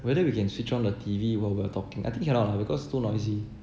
whether we can switch on the T_V while we're talking I think cannot lah because too noisy